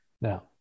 Now